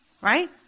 Right